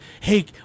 hey